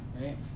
right